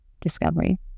discovery